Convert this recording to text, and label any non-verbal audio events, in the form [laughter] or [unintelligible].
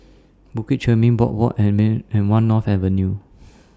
Bukit Chermin Boardwalk [unintelligible] and one North Avenue